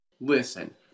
listen –